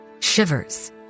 shivers